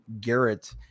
Garrett